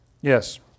Yes